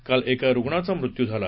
काल एका रुग्णाचा मृत्यू झाला